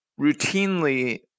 routinely